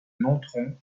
nontron